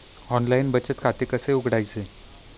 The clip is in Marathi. ऑनलाइन बचत खाते कसे उघडायचे?